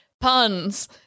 Puns